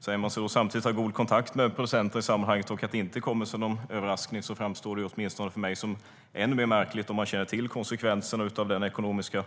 Säger man sig ha god kontakt med producenter och det inte kommer som någon överraskning framstår det åtminstone för mig som än mer märkligt om man känner till konsekvenserna av den ekonomiska